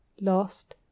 lost